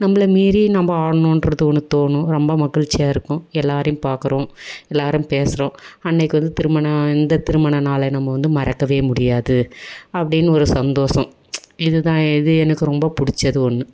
நம்மள மீறி நம்ம ஆடணுன்றது ஒன்று தோணும் ரொம்ப மகிழ்ச்சியாக இருக்கும் எல்லோரையும் பார்க்குறோம் எல்லோரும் பேசுகிறோம் அன்றைக்கி வந்து திருமண இந்த திருமண நாள நம்ம வந்து மறக்கவே முடியாது அப்படின்னு ஒரு சந்தோசம் இது தான் இது எனக்கு ரொம்ப பிடிச்சது ஒன்று